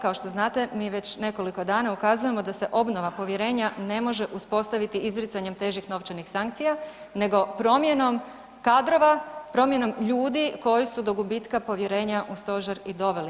Kao što znate mi već nekoliko dana ukazujemo da se obnova povjerenja ne može uspostaviti izricanjem težih novčanih sankcija nego promjenom kadrova, promjenom ljudi koji su do gubitka povjerenja u stožer i doveli.